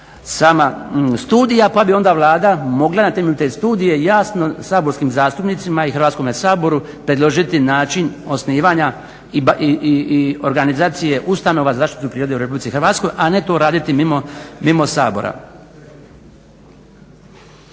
sama studija pa bi onda Vlada mogla na temelju te studije jasno saborskim zastupnicima i Hrvatskome saboru predložiti način osnivanja i organizacije ustanova za zaštitu prirode u RH, a ne to raditi mimo Sabora.